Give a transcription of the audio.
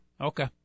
Okay